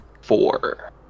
four